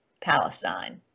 Palestine